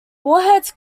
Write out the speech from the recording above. warheads